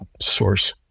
source